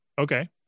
okay